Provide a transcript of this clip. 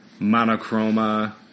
Monochroma